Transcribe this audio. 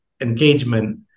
engagement